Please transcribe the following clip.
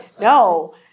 No